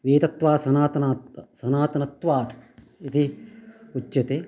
वेदत्वात् सनातनात् सनातनत्वात् इति उच्यते